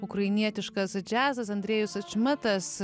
ukrainietiškas džiazas andrejus atšmatas